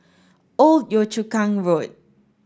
Old Yio Chu Kang Road